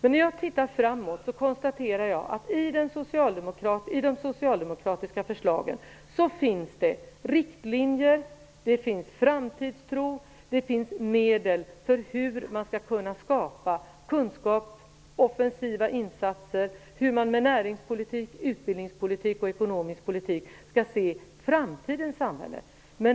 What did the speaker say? När jag tittar framåt kan jag konstatera att det i de socialdemokratiska förslagen finns riktlinjer, framtidstro och medel för hur man skall kunna skapa kunskap och offensiva insatser och för hur man med närings , utbildnings och ekonomisk politik skall se framtidens samhälle.